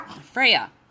Freya